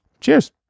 cheers